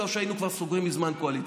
או שהיינו סוגרים כבר מזמן קואליציה.